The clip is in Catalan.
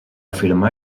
afirmar